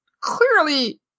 clearly